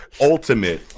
ultimate